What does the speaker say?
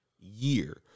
year